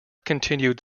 continued